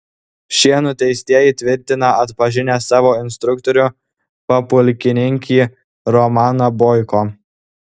šie nuteistieji tvirtina atpažinę savo instruktorių papulkininkį romaną boiko